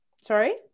Sorry